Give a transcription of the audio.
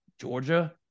Georgia